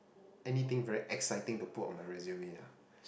anything very exciting to put on my resume ah